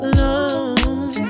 Alone